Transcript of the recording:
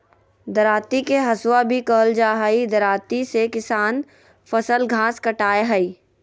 दरांती के हसुआ भी कहल जा हई, दरांती से किसान फसल, घास काटय हई